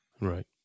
Right